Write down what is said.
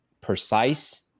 precise